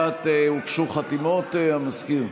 הוגשו חתימות המזכיר?